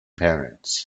parrots